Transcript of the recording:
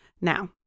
Now